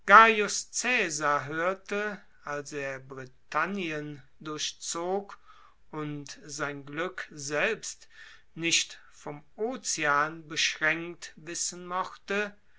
hörte als er britannien durchzog und sein glück nicht vom ocean beschränkt wissen mochte